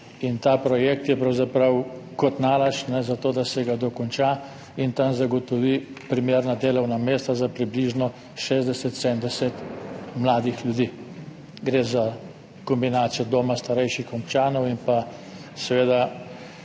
In ta projekt je pravzaprav kot nalašč za to, da se ga dokonča in tam zagotovi primerna delovna mesta za približno 60, 70 mladih ljudi. Gre za kombinacijo doma starejših občanov in pa